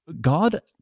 God